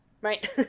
right